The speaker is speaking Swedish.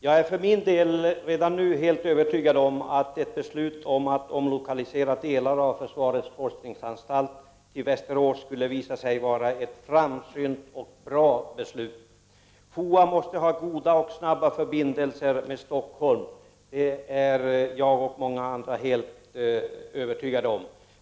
Jag är för min del redan nu helt övertygad om att ett beslut om att utlokalisera delar av försvarets forskningsanstalt till Västerås skulle visa sig vara ett framsynt och bra beslut. FOA måste ha goda och snabba förbindelser med Stockholm, detta är jag och många andra helt övertygade om.